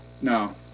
No